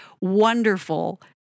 wonderful